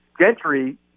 Gentry